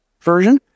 version